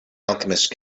alchemist